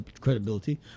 credibility